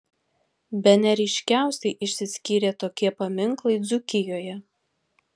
bene ryškiausiai išsiskyrė tokie paminklai dzūkijoje